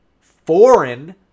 foreign